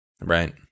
Right